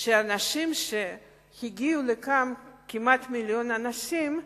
שהאנשים שהגיעו לכאן, כמעט מיליון אנשים,